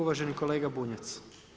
Uvaženi kolega Bunjac.